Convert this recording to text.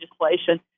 legislation